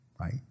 right